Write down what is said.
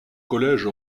collège